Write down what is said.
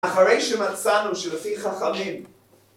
אחרי שמצאנו שלפי חכמים